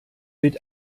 weht